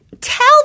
tell